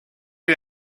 you